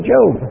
Job